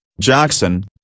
Jackson